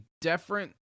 different